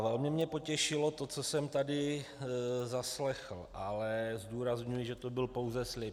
Velmi mě potěšilo to, co jsem tady zaslechl, ale zdůrazňuji, že to byl pouze slib.